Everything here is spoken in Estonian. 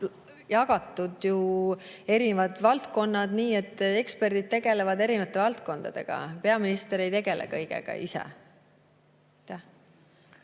jagatud ära nii, et eksperdid tegelevad erinevate valdkondadega. Peaminister ei tegele kõigega ise.